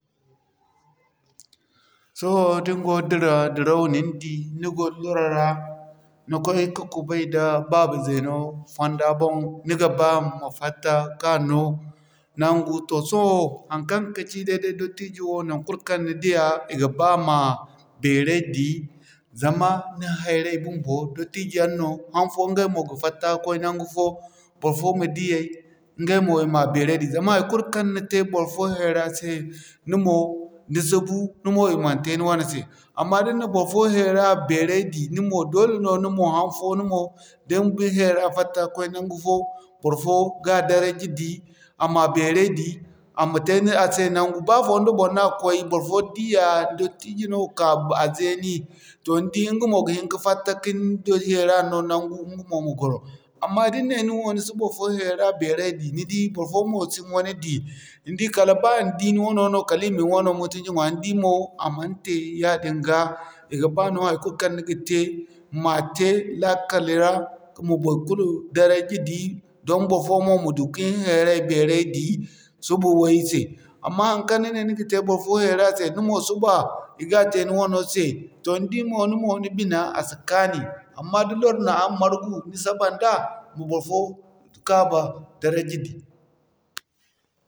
Sohõ din go dira, diraw nin di ni go loro ra, ni koy ka kubay da baaba zeeno fonda boŋ, ni ga ba ma fatta ka no toh sohõ haŋkaŋ kaci day-day dottijo wo naŋ kulu kaŋ ni diya i ga ba ma beeray di zama ni hayray bumbo dottijo yaŋ no, haŋfo ɲgay mo ga fatta koy naŋgu fo, barfo ma diyay, ɲgay mo i ma beeray di. Zama haikulu kaŋ ni te barfo hayra se ni mo ni si bu ni mo i man te ni wane se. Amma da ni na barfo hayra beeray di ni mo dole no ni mo hanfo ni mo da ni hayra fatta koy naŋgu fo barfo ga daraja di, a ma beeray di, a ma te a se naŋgu. Ba fondo boŋ no a koy barfo di ya dottijo no kaaba zeeni toh ni di ɲga mo ga hin ka fatta kin hayra no naŋgu ɲga mo ma gwaro. Amma da ni ne ni mo ni si barfo hayra beeray di ni di barfo mo si ni wane di. Ni di kala ba i di ni wano no kala i ma ni wano mutunci ɲwaa ni di mo a man te yaadin ga. I ga ba no haikulu kaŋ ni ga tey ma tey lakkal ra, baikulu daraja di, don borfo mo ma du kin hayray beerandi suba way se amma haŋkaŋ ni ne ni ga te barfo hayra se ni mo suba i ga te ni wano se. Toh ni di mo ni mo ni bina a si kaanu amma da loro na araŋ margu, ni saba nda ma barfo baba daraja di.